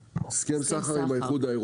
הסכם סחר עם האיחוד האירופי.